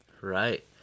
Right